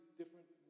different